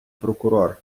прокурор